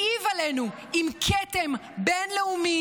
מעיב עלינו עם כתם בין-לאומי.